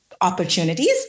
opportunities